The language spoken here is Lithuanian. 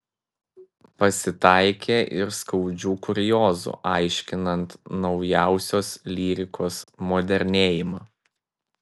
pasitaikė ir skaudžių kuriozų aiškinant naujausios lyrikos modernėjimą